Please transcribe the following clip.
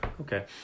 Okay